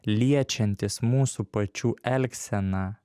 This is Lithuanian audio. liečiantys mūsų pačių elgseną